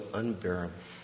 unbearable